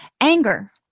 Anger